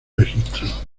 registro